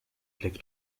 blick